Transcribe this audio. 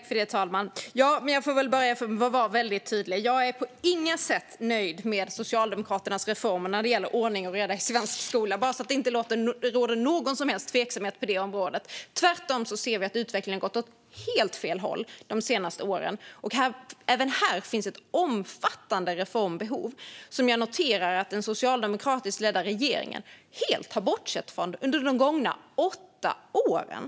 Herr talman! Jag får väl börja med att vara väldigt tydlig. Jag är på intet sätt nöjd med Socialdemokraternas reformer när det gäller ordning och reda i svensk skola - bara så att det inte råder någon som helst tveksamhet på det området. Tvärtom ser vi att utvecklingen har gått åt helt fel håll de senaste åren, och även här finns ett omfattande reformbehov som jag noterar att den socialdemokratiskt ledda regeringen helt har bortsett från under de gångna åtta åren.